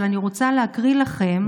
אני רוצה להקריא לכם,